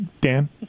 Dan